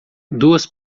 duas